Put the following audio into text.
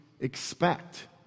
expect